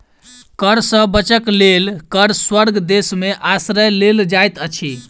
कर सॅ बचअ के लेल कर स्वर्ग देश में आश्रय लेल जाइत अछि